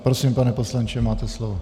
Prosím, pane poslanče, máte slovo.